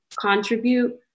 contribute